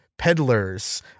peddlers